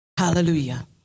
Hallelujah